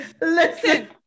Listen